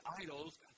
idols